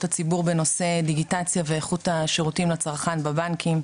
הציבור בנושא דיגיטציה ואיכות השירותים לצרכן בבנקים,